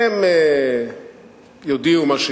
אני גם מרותק